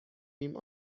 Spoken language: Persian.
ریم